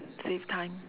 save time